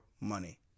money